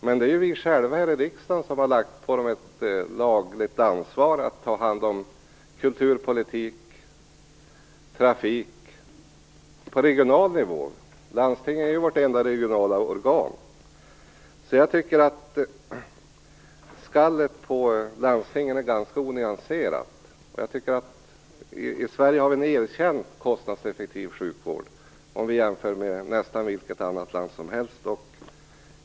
Men det är ju vi själva här i riksdagen som har lagt på landstingen ett lagligt ansvar att ta hand på kulturpolitiken och trafiken på regional nivå. Landstingen är ju vårt enda regionala organ. Jag tycker alltså att skallet på landstingen är ganska onyanserat. I Sverige har vi en erkänt kostnadseffektiv sjukvård om vi jämför med nästan vilket annat land som helst.